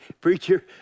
preacher